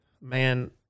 man